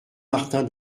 martin